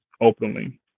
openly